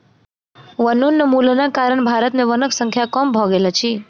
वनोन्मूलनक कारण भारत में वनक संख्या कम भ गेल अछि